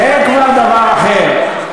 זה כבר דבר אחר.